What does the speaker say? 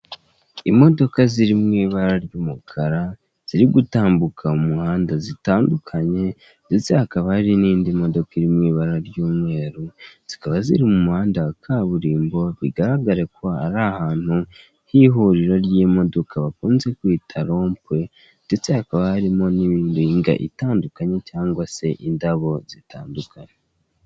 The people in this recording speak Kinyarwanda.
Imodoka ziri mu ibara ry'umukara ziri gutambuka mu muhanda zitandukanye ndetse hakaba hari n'indi modoka iri mu ibara ry'umweru zikaba ziri mu muhanda wa kaburimbo bigaragare ko ari ahantu h'ihuriro ry'imodoka bakunze kwita rompuwe, ndetse hakaba harimo n'imiringa itandukanye cyangwa se indabo zitandukanye.